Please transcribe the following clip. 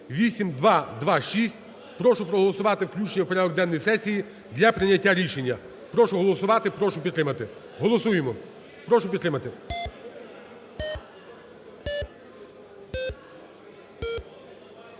(8226). Прошу проголосувати включення в порядок денний сесій для прийняття рішення. Прошу голосувати і прошу підтримати. Голосуємо. Прошу підтримати.